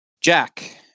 Jack